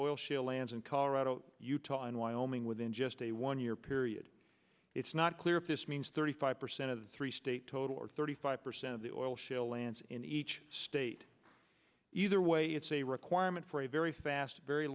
in colorado utah and wyoming within just a one year period it's not clear if this means thirty five percent of the three state total or thirty five percent of the oil shale lands in each state either way it's a requirement for a very fast very